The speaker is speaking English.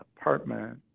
apartment